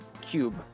cube